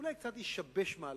שאולי קצת ישבש מהלכים?